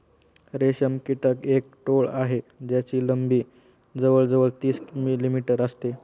रेशम कीटक एक टोळ आहे ज्याची लंबी जवळ जवळ तीस मिलीमीटर असते